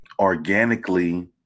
organically